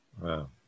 Wow